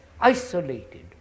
isolated